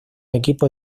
equipo